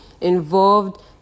involved